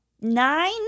nine